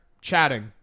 chatting